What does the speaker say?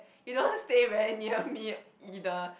you don't stay very near me either